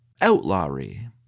outlawry